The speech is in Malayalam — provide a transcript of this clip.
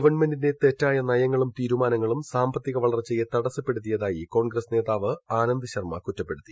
ഗവൺമെന്റിന്റെ ഒത്റ്റായ്ട് നയങ്ങളും തീരുമാനങ്ങളും സാമ്പത്തിക വളർച്ചയെ തടസ്സപ്പെടുത്തിയിരായി കോൺഗ്രസ് നേതാവ് ആനന്ദ് ശർമ കുറ്റപ്പെടുത്തി